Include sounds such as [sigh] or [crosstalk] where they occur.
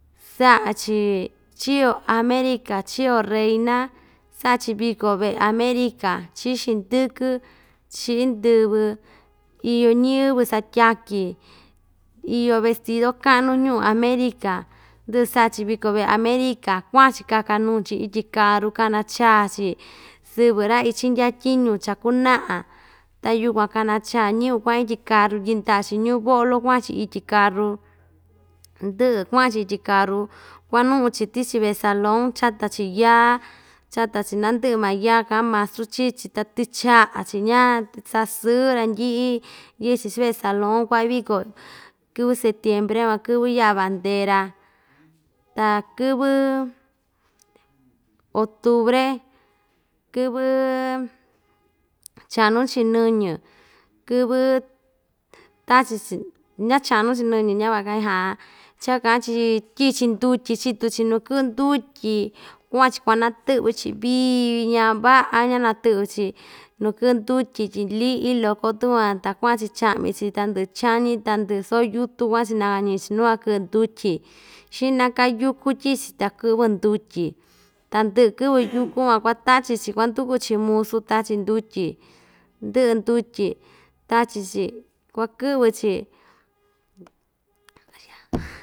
Saꞌa‑chi chio america chio reyna saꞌa‑chi viko veꞌe america chiꞌi xindɨkɨ chiꞌi ndɨvɨ iyo ñiyɨvɨ satyaki iyo vestido kaꞌnu ñuꞌu america ndɨꞌɨ saꞌa‑chi viko veꞌe america kuaꞌa‑chi kakanuu‑chi ityi karu kanacha‑chi sɨvɨ ra‑ichindya tyiñu chakunaꞌa ta yukuan kanachaa ñiyɨvɨ kuaꞌan ityi karu yɨꞌndaꞌa‑chi ñuꞌu boꞌlo kuaꞌa‑chi ityi karu ndɨꞌɨ kuaꞌan‑chi ityi karu kuanuꞌu‑chi tichi veꞌe salon chata‑chi yaa chata‑chi nandɨꞌɨ maa yaa kaꞌan mastru chii‑chi ta tɨchaꞌa‑chi ña sasɨ randɨꞌɨ yɨꞌɨ‑chi chuveꞌe salon kuaꞌin viko kɨvɨ setiempre van kɨvɨ yaꞌa bandera ta kɨvɨ otubre kɨvɨ chaꞌnu‑chi niñɨ kɨvɨ tachi‑chi ña‑chaꞌnu‑chi niñɨ ñavaꞌa‑ka chaa kaꞌan‑chi tyiꞌi‑chi ndutyi chitu‑chi nuu kɨꞌɨ ndutyi kuaꞌan‑chi kuanatɨꞌvɨ‑chi viiñia vaꞌa‑ña natɨꞌvɨ‑chi nuu kɨꞌɨ ndutyi tyi liꞌi loko tua ta kuaꞌan‑chi chaꞌmi‑chi tandɨꞌɨ chañi tandɨꞌɨ yutun vachi nakañiꞌi‑chi nuu kuakɨꞌɨ ndutyi xiꞌna‑ka yuku tyiꞌi‑chi ta kɨꞌvɨ ndutyi ta ndɨꞌɨ kɨꞌvɨ yuku van kuata‑chi‑chi kuanduku‑chi musu tachi ndutyi ndɨꞌɨ ndutyi tachi‑chi kuakɨꞌvɨ‑chi. [noise]